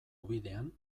ubidean